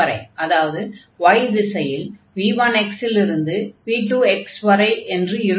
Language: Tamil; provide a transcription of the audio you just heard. அதாவது y திசையில் v1x இலிருந்து v2x வரை என்று இருக்கும்